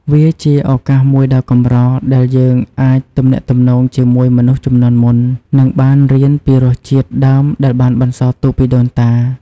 វាជាឱកាសមួយដ៏កម្រដែលយើងអាចទំនាក់ទំនងជាមួយមនុស្សជំនាន់មុន និងបានរៀនពីរសជាតិដើមដែលបានបន្សល់ទុកពីដូនតា។